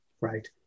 Right